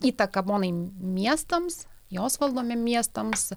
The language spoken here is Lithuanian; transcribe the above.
įtaka bonai miestams jos valdomiem miestams